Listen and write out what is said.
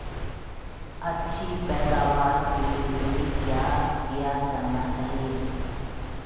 अच्छी पैदावार के लिए क्या किया जाना चाहिए?